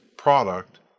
product